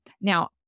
Now